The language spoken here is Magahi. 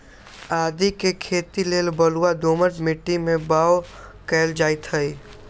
आदीके खेती लेल बलूआ दोमट माटी में बाओ कएल जाइत हई